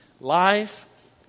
Life